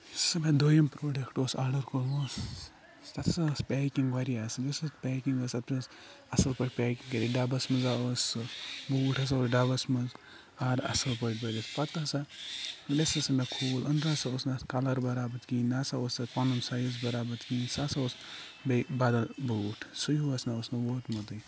یُس مےٚ دوٚیِم پرٛوڈَکٹ اوس آرڈر کوٚرمُت تَتھ ہَسا ٲس پٮ۪کِنٛگ وارِیاہ اَصٕل یُس ہَسا پٮ۪کِنٛگ ٲس اَتھ منٛز اَصٕل پٲٹھۍ پٮ۪کِنٛگ کٔرِتھ ڈَبَس منٛز آو ٲس سُہ بوٗٹھ ہَسا اوس ڈَبَس منٛز آر اَصٕل پٲٹھۍ بٔرِتھ پَتہٕ ہَسا مےٚ ہَسا مےٚ کھوٗل أنٛرٕ نَسا اوس نہٕ اَتھ کَلَر بَرابَر کِہیٖنۍ نہ سا اوس تَتھ پَنُن سایِز بَرابَر کِہیٖنۍ سُہ ہَسا اوس بیٚیہِ بَدَل بوٗٹھ سُے ہیو اوس اوس نہٕ ووتمُتٕے